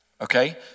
okay